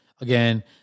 again